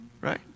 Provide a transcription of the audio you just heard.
right